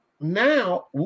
now